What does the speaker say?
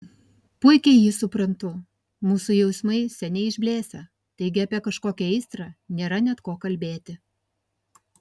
puikiai jį suprantu mūsų jausmai seniai išblėsę taigi apie kažkokią aistrą nėra net ko kalbėti